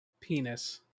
Penis